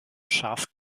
scharf